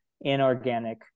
inorganic